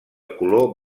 color